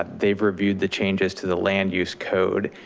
they've reviewed the changes to the land use code.